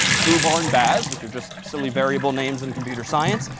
foo, bar, and baz, which are just silly variable names in computer science.